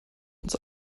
ins